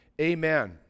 Amen